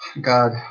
God